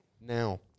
Now